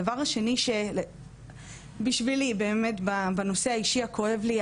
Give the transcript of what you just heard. הדבר השני שבשבילי באמת בנושא האישי הכואב לי,